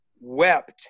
wept